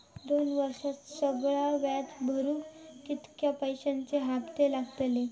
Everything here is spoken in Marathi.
दोन वर्षात सगळा व्याज भरुक कितक्या पैश्यांचे हप्ते लागतले?